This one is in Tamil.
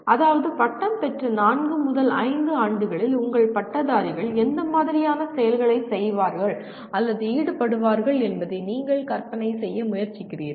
அதாவது பட்டம் பெற்ற நான்கு முதல் ஐந்து ஆண்டுகளில் உங்கள் பட்டதாரிகள் எந்த மாதிரியான செயல்களை செய்வார்கள் அல்லது ஈடுபடுவார்கள் என்பதை நீங்கள் கற்பனை செய்ய முயற்சிக்கிறீர்கள்